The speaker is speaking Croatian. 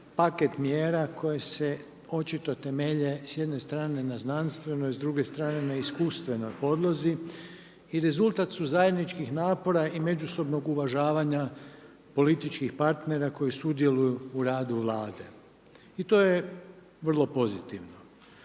paket mjera koje se očito temelje s jedne strane na znanstvenoj s druge strane na iskustvenoj podlozi i rezultat su zajedničkih napora i međusobnog uvažavanja političkih partnera koji sudjeluju u radu Vlade. I to je vrlo pozitivno.